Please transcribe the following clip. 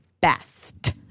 best